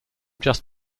just